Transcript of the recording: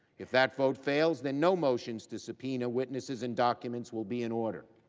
if that vote fails, then no motions to subpoena witnesses and documents will be in order.